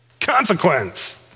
Consequence